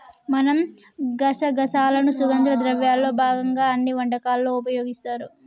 మనం గసగసాలను సుగంధ ద్రవ్యాల్లో భాగంగా అన్ని వంటకాలలో ఉపయోగిస్తారు